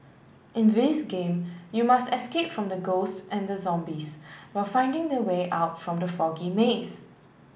in this game you must escape from the ghost and zombies while finding the way out from the foggy maze